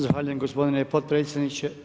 Zahvaljujem gospodine potpredsjedniče.